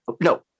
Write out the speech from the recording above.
no